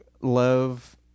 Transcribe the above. love